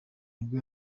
nibwo